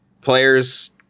players